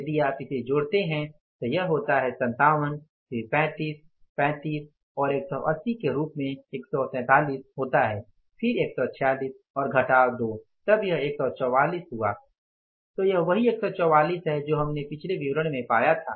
यदि आप इसे जोड़ते है तो यह होता है 57 फिर 35 35 और 180 के रूप में 143 होता है फिर १४६ और घटाव २ तब यह १४४ हुआ तो यह वही 144 है जो हमने पिछले विवरण में पाया था